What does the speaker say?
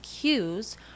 cues